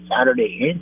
Saturday